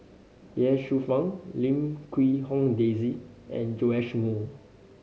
Ye Shufang Lim Quee Hong Daisy and Joash Moo